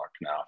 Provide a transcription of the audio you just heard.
now